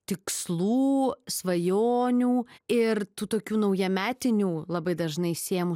tikslų svajonių ir tų tokių naujametinių labai dažnai siejamų